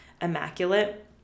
immaculate